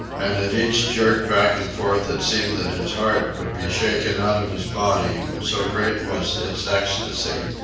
and at each jerk back and forth it seemed that his heart would be shaken out of his body so great was its ecstasy.